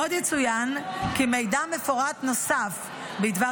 "עוד יצוין כי מידע מפורט נוסף בדבר